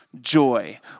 joy